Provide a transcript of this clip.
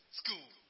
school